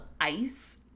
Ice